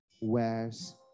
wears